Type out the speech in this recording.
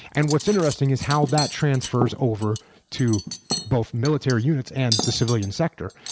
and what's interesting is how that transfers over to both military units and the civilian sector.